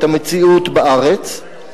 את המציאות בארץ.